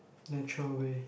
natural way